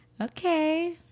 Okay